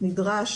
הוא עדיין צריך